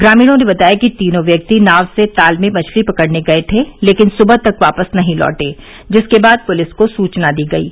ग्रामीणों ने बताया कि तीनों व्यक्ति नाव से ताल में मछली पकड़ने गए थे लेकिन सुबह तक वापस नहीं लौटे जिसके बाद पुलिस को सूचना दी गयी